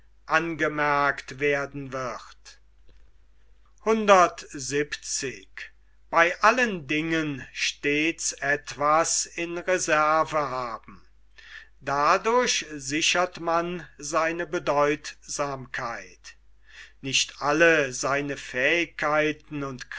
angemerkt werden wird dadurch sichert man seine bedeutsamkeit nicht alle seine fähigkeiten und